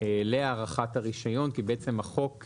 להארכת הרישיון כי בעצם החוק,